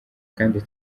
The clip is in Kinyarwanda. kandi